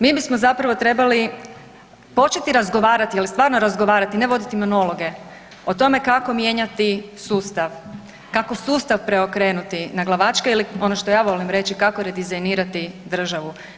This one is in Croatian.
Mi bismo zapravo trebali početi razgovarati ali stvarno razgovarati ne voditi monologe o tome kako mijenjati sustav, kako sustav preokrenuti naglavačke ili ono što ja volim reći kako redizajnirati državu.